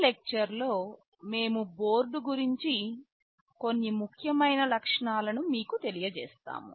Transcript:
ఈ లెక్చర్ లో మేము బోర్డు గురించి కొన్ని ముఖ్యమైన లక్షణాలను మీకు తెలియజేస్తాము